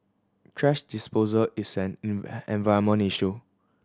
thrash disposal is an issue